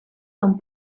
com